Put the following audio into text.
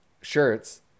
shirts